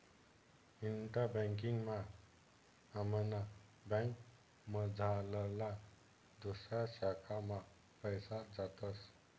इंटा banking मा आमना बँकमझारला दुसऱा शाखा मा पैसा जातस